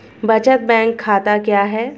बचत बैंक खाता क्या है?